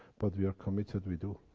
but we are committed, we do!